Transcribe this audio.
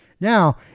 now